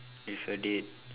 with a date